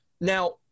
Now